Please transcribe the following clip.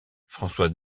françois